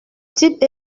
type